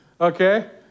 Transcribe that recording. Okay